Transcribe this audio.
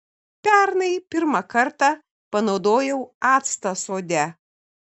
pernai pirmą kartą panaudojau actą sode